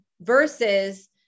versus